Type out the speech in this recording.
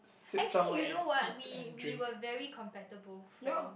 actually you know what we we were very compatible friend